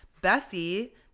bessie